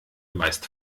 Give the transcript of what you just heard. meist